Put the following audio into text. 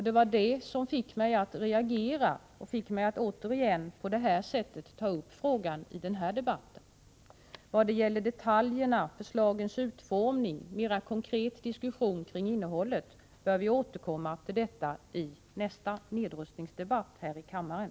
Det var det som fick mig att reagera och fick mig att återigen på detta sätt ta upp frågan i den här debatten. Vad gäller detaljerna, förslagens utformning och en mer konkret diskussion kring innehållet så bör vi återkomma till det i nästa nedrustningsdebatt här i kammaren.